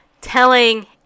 telling